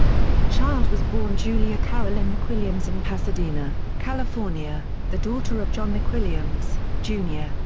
child was born julia carolyn mcwilliams in pasadena, california, the daughter of john mcwilliams, jr,